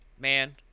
Man